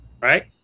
right